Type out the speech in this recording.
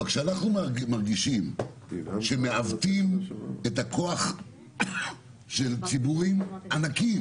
אבל כשאנחנו מרגישים שמעוותים את הכוח של ציבורים ענקיים